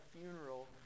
funeral